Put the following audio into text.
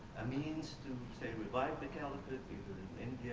a means to say revive the caliphate in india?